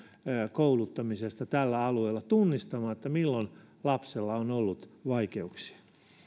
kouluttamisesta tällä alueella tunnistamaan milloin lapsella on ollut vaikeuksia